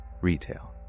retail